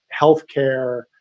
healthcare